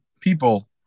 people